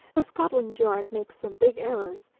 though scotland yard makes some big errors,